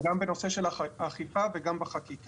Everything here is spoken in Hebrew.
וגם בנושא של אכיפה וחקיקה.